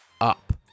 up